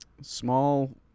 Small